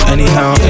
Anyhow